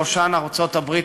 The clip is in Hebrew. בראשן ארצות-הברית,